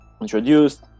introduced